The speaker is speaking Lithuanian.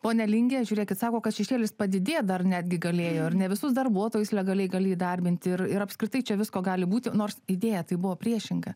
ponia linge žiūrėkit sako kad šešėlis padidėjo dar netgi galėjo ir ne visus darbuotojus legaliai gali įdarbinti ir ir apskritai čia visko gali būti nors idėja tai buvo priešinga